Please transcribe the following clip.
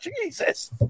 Jesus